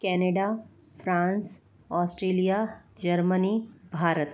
Canada France Australia Germany Bharat